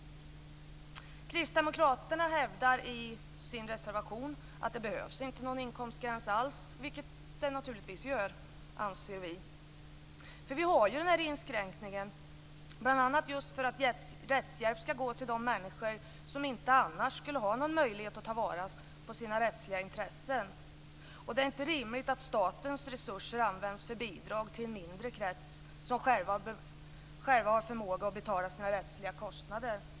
Kristdemokraterna hävdar i sin reservation att det inte behövs någon inkomstgräns alls. Det anser vi naturligtvis att det gör. Vi har ju den här inskränkningen bl.a. just för att rättshjälp skall gå till de människor som inte annars skulle ha någon möjlighet att ta vara på sina rättsliga intressen. Det är inte rimligt att statens resurser används för bidrag till en mindre krets som själva har förmåga att betala sina rättsliga kostnader.